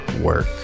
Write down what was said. work